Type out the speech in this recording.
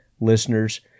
listeners